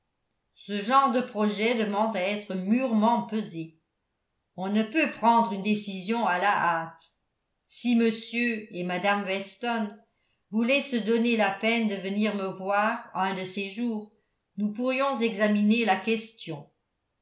ce genre de projet demande à être mûrement pesé on ne peut prendre une décision à la hâte si m et mme weston voulaient se donner la peine de venir me voir un de ces jours nous pourrions examiner la question